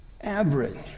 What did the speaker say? average